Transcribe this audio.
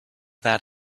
that